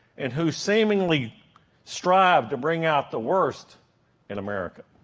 and who seemingly strive to bring out the worst in america